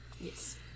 Yes